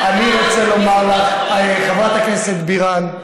אני רוצה לומר לך, חברת הכנסת בירן,